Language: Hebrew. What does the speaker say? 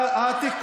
מה שאתה עושה כאן.